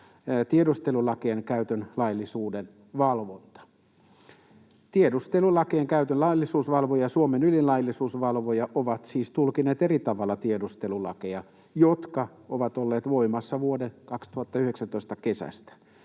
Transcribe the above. tiedustelulakien käytön laillisuuden valvonta. Tiedustelulakien käytön laillisuusvalvoja ja Suomen ylin laillisuusvalvoja ovat siis tulkinneet eri tavalla tiedustelulakeja, jotka ovat olleet voimassa vuoden 2019 kesästä.